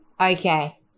Okay